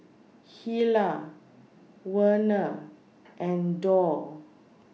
Hilah Werner and Dorr